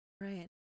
Right